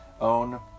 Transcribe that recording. own